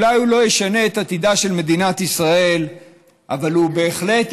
אולי הוא לא ישנה את עתידה של מדינת ישראל אבל הוא בהחלט